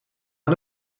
aan